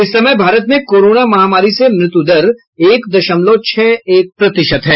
इस समय भारत में कोरोना महामारी से मृत्यु दर एक दशलमव छह एक प्रतिशत है